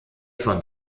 von